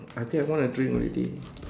I think I want to drink already